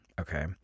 Okay